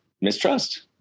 mistrust